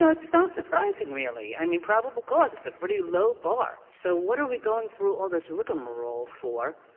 ah it's not surprising really. i mean, probable cause, it's a pretty low bar. so what are we going through all this rigamarole for,